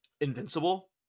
invincible